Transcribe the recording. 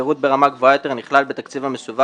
פירוט ברמה גבוהה יותר נכלל בתקציב המסווג